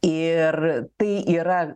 ir tai yra